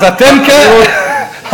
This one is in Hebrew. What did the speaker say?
אתה מאשים אותם שהם לא,